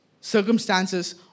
circumstances